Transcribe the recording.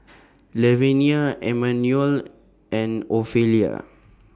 Lavenia Emanuel and Ofelia